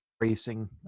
racing